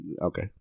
okay